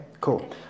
cool